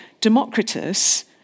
Democritus